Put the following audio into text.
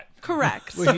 Correct